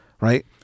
right